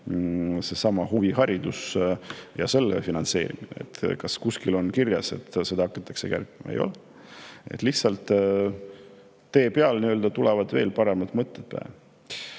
seesama huviharidus ja selle finantseerimine. Kas kuskil on kirjas, et seda hakatakse kärpima? Ei ole. Lihtsalt nii-öelda tee peal tulevad veel "paremad" mõtted pähe.